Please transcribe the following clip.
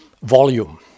volume